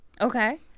Okay